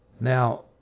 Now